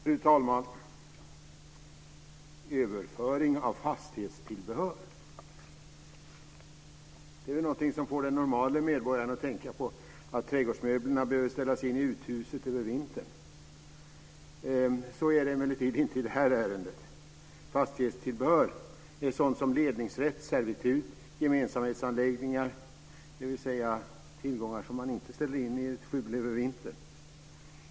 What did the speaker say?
Fru talman! "Överföring av fastighetstillbehör" är väl någonting som får den normale medborgaren att tänka på att trädgårdsmöblerna behöver ställas in i uthuset över vintern. Så är det emellertid inte i det här ärendet. Fastighetstillbehör är sådant som ledningsrätt, servitut och gemensamhetsanläggningar - dvs. tillgångar som man inte ställer in i ett skjul över vintern!